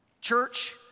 Church